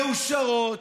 מאושרות,